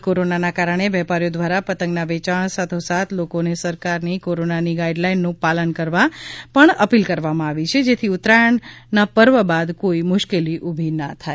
હાલ કોરોનાના કારણે વેપારીઓ દ્વારા પતંગના વેચાણ સાથો સાથ લોકોને સરકારની કોરોનાની ગાઈ ડલાઇનનું પાલન કરવા પણ અપીલ કરવામાં આવે છે જેથી ઉતરાયણના પર્વ બાદ કોઈ મુશ્કેલી ઊભી ના થાય